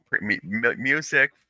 Music